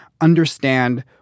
understand